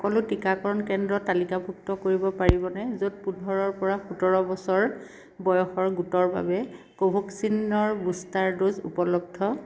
সকলো টীকাকৰণ কেন্দ্ৰ তালিকাভুক্ত কৰিব পাৰিবনে য'ত পোন্ধৰৰ পৰা সোতৰ বছৰ বয়সৰ গোটৰ বাবে কোভেক্সিনৰ বুষ্টাৰ ড'জ উপলব্ধ